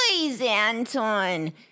Anton